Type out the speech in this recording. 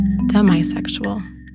demisexual